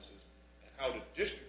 this i just